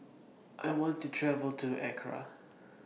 I want to travel to Accra